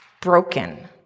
broken